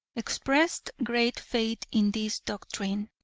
expressed great faith in this doctrine.